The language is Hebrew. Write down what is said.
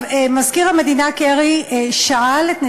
עכשיו, מזכיר המדינה קרי שאל את נתניהו: